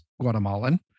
Guatemalan